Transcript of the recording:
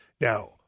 Now